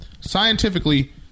scientifically